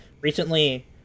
recently